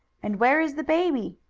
and where is the baby?